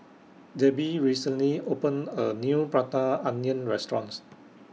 Debi recently opened A New Prata Onion restaurants